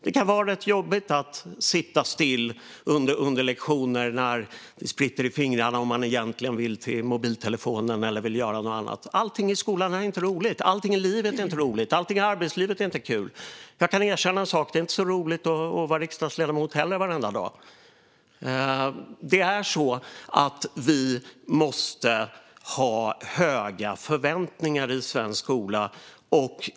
Det kan vara rätt jobbigt att sitta still under lektioner när det spritter i fingrarna och man egentligen vill hålla på med mobiltelefonen eller vill göra någonting annat. Allting i skolan är inte roligt. Allting i livet är inte roligt. Allting i arbetslivet är inte kul. Jag kan erkänna en sak, och det är att det inte heller är så roligt att vara riksdagsledamot varenda dag. Vi måste ha höga förväntningar i svensk skola.